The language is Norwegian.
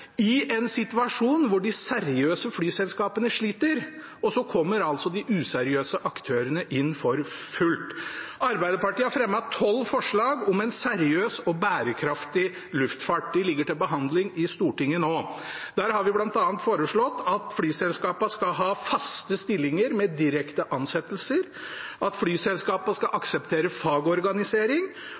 I en situasjon der de seriøse flyselskapene sliter, kommer altså de useriøse aktørene inn for fullt. Arbeiderpartiet har fremmet tolv forslag om en seriøs og bærekraftig luftfart. De ligger til behandling i Stortinget nå. Vi har bl.a. foreslått at flyselskapene skal ha faste stillinger med direkte ansettelser, at flyselskapene skal akseptere fagorganisering,